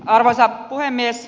arvoisa puhemies